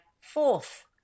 fourth